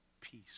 peace